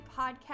podcast